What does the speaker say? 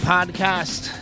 Podcast